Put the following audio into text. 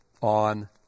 on